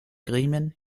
gremien